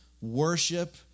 worship